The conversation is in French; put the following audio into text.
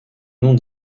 noms